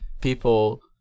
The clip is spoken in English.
people